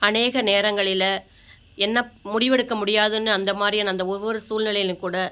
அநேக நேரங்களில் என்ன முடிவெடுக்க முடியாதுன்னு அந்த மாதிரியான அந்த ஒவ்வொரு சூழ்நிலையிலும் கூட